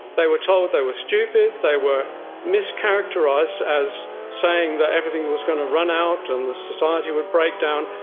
they were told they were stupid, they were mischaracterised as saying that everything was going to run out and the society would break down.